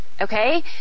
okay